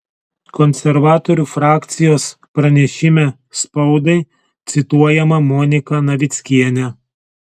konservatorių frakcijos pranešime spaudai cituojama monika navickienė